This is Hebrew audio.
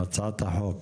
הצעת החוק,